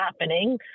happening